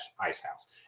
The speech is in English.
icehouse